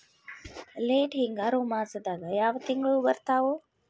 Late ಹಿಂಗಾರು ಮಾಸದಾಗ ಯಾವ್ ತಿಂಗ್ಳು ಬರ್ತಾವು?